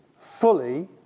fully